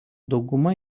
dauguma